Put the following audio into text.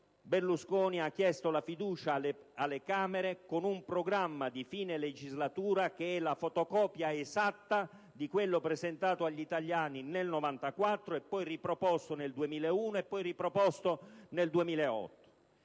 Berlusconi ha chiesto la fiducia alle Camere, con un programma di fine legislatura che è la fotocopia esatta di quello presentato agli italiani già nel 1994 e riproposto poi nel 2001 e nel 2008.